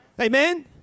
Amen